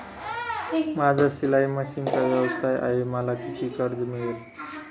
माझा शिलाई मशिनचा व्यवसाय आहे मला किती कर्ज मिळेल?